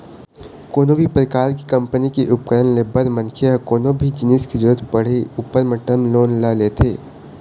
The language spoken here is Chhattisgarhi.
कोनो भी परकार के कंपनी के उपकरन ले बर मनखे ह कोनो भी जिनिस के जरुरत पड़े ऊपर म टर्म लोन ल लेथे